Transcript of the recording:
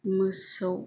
मोसौ